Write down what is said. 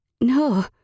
No